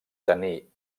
tenir